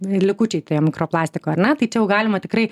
likučiai tie mikroplastiko ar ne tai čia jau galima tikrai